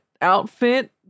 outfit